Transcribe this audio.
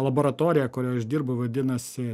laboratorija kurioj aš dirbu vadinasi